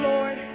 Lord